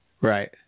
right